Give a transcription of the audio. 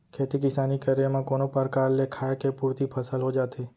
खेती किसानी करे म कोनो परकार ले खाय के पुरती फसल हो जाथे